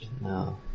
No